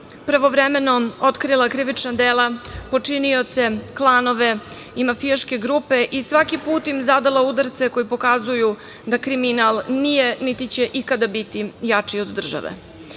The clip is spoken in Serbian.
pravovremeno otkrila krivična dela, počinioce, klanove i mafijaške grupe i svaki put im zadala udarce koji pokazuju da kriminal nije, niti će ikada biti jači od države. Jedan